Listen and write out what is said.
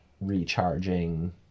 recharging